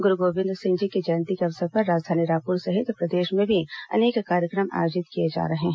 गुरू गोबिंद सिंह जी की जयंती के अवसर पर राजधानी रायपुर सहित प्रदेश में भी अनेक कार्यक्रम आयोजित किए जा रहे हैं